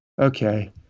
okay